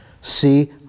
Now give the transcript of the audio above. See